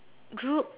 group